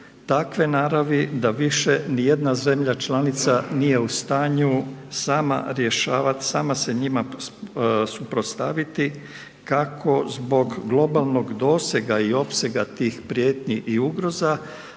takve naravi da više nijedna zemlja članica nije u stanju sama rješavat, sama se njima suprotstaviti, kako zbog globalnog dosega i opsega tih prijetnji i ugroza,